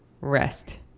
rest